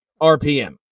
RPM